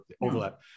overlap